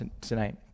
tonight